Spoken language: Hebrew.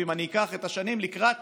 ואם אני אקח את השנים לקראת